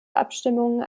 abstimmung